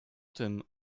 tym